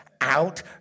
out